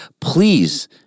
Please